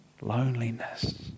Loneliness